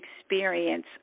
experience